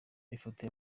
ifoto